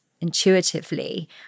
intuitively